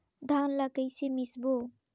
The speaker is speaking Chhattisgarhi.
धान ला कइसे मिसबो?